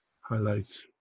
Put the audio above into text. Highlights